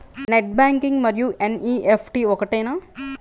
Net banking మరియు NEFT ఒకటేనా?